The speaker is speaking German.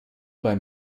beim